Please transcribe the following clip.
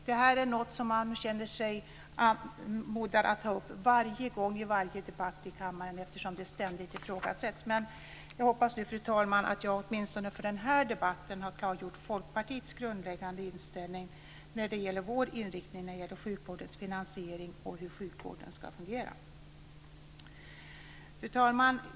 Detta är något som man känner sig anmodad att ta upp i varje debatt i kammaren eftersom det ständigt ifrågasätts, men jag hoppas nu, fru talman, att jag åtminstone för denna debatt har klargjort Folkpartiets grundläggande inställning vad beträffar vår inriktning när det gäller sjukvårdens finansiering och hur sjukvården ska fungera. Fru talman!